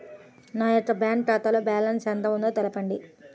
నా యొక్క బ్యాంక్ ఖాతాలో బ్యాలెన్స్ ఎంత ఉందో తెలపండి?